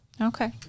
Okay